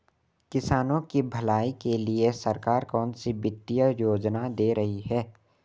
किसानों की भलाई के लिए सरकार कौनसी वित्तीय योजना दे रही है?